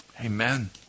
Amen